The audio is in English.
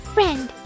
Friend